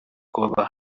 kubaba